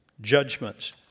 Judgments